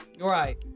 Right